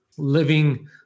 living